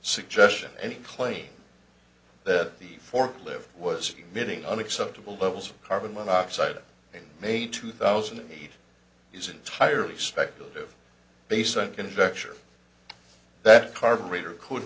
suggestion any claim that the four live was committing unacceptable levels of carbon monoxide in may two thousand and eight is entirely speculative based on conjecture that carburetor could